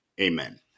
Amen